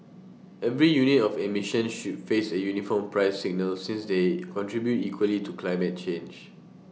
every unit of emissions should face A uniform price signal since they contribute equally to climate change